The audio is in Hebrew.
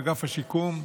באגף השיקום,